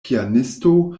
pianisto